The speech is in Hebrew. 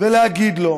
ולהגיד לו,